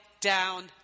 down